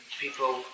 people